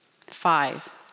Five